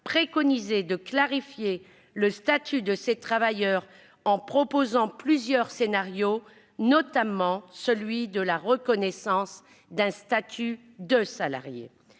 préconisait de clarifier le statut de ces travailleurs, en proposant plusieurs scénarios, parmi lesquels celui de la reconnaissance d'un statut de salarié.